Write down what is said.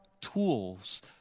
tools